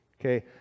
Okay